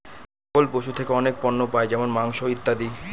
ছাগল পশু থেকে অনেক পণ্য পাই যেমন মাংস, ইত্যাদি